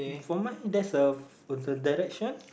for mine that's of the direction